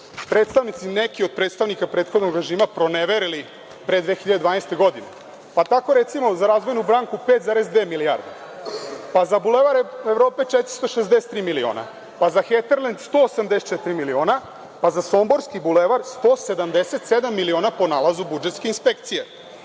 predstavnici, neki od predstavnika prethodnog režima proneverili pre 2012. godine. Recimo, za Razvojnu banku 5,2 milijarde, za Bulevar Evrope 463 miliona, pa za Heterlend 184 miliona, pa za Somborski bulevar 177 miliona, po nalazu budžetske inspekcije.